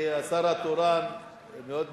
אני את השר התורן מאוד מכבד,